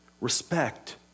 Respect